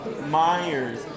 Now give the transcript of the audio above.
Myers